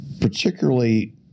particularly